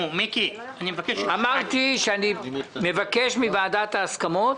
אמרתי שאני מבקש מוועדת ההסכמות,